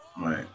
Right